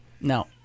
No